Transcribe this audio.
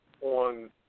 On